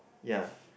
ya